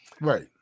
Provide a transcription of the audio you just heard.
Right